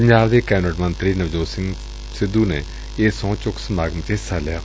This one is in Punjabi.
ਪੰਜਾਬ ਦੇ ਕੈਬਨਿਟ ਮੰਤਰੀ ਨਵਜੋਤ ਸਿੱਧੁ ਨੇ ਇਸ ਸਹੁੰ ਚੁੱਕ ਸਮਾਗਮ ਚ ਹਿੱਸਾ ਲਿਆ